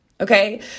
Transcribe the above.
Okay